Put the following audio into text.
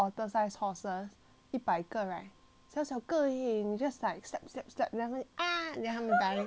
一百个 right 小小个而已 just like step step step that 他们 ah then 他们 die